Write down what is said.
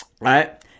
right